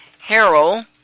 Harold